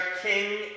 king